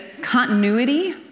continuity